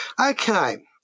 Okay